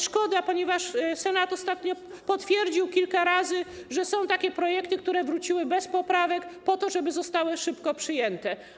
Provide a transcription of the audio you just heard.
Szkoda, ponieważ Senat ostatnio potwierdził kilka razy, że są takie projekty, które wróciły bez poprawek, żeby zostały szybko przyjęte.